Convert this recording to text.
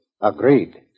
Agreed